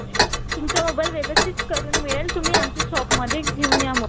तुमचा मोबाईल व्यवस्थित करून मिळेल तुम्ही आमच्या शॉपमध्ये घेऊन या मग